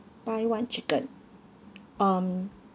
buy one chicken um